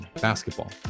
basketball